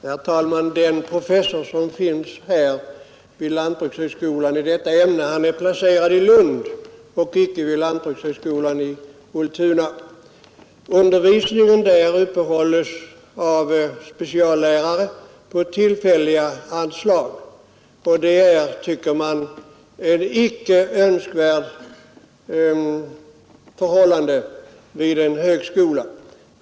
Herr talman! Professorn i detta ämne är placerad i Lund och inte vid lantbrukshögskolan i Ultuna. Undervisningen vid Ultuna uppehålls av speciallärare på tillfälliga anslag. Detta, tycker man, är ett icke önskvärt förhållande vid en högskola.